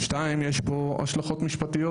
שתיים, יש פה השלכות משפטיות.